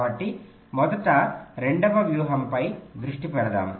కాబట్టి మొదట రెండవ వ్యూహంపై దృష్టి పెడదాం